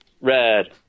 red